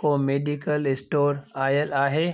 को medical store आयल आहे